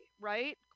right